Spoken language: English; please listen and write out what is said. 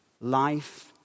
life